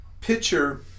Picture